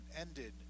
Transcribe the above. ended